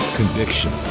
conviction